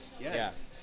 yes